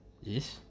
Yes